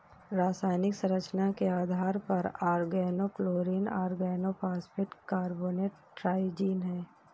रासायनिक संरचना के आधार पर ऑर्गेनोक्लोरीन ऑर्गेनोफॉस्फेट कार्बोनेट ट्राइजीन है